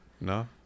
No